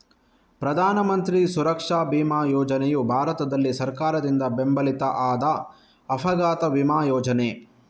ಪ್ರಧಾನ ಮಂತ್ರಿ ಸುರಕ್ಷಾ ಬಿಮಾ ಯೋಜನೆಯು ಭಾರತದಲ್ಲಿ ಸರ್ಕಾರದಿಂದ ಬೆಂಬಲಿತ ಆದ ಅಪಘಾತ ವಿಮಾ ಯೋಜನೆ